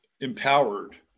empowered